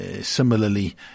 similarly